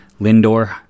lindor